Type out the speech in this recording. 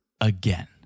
again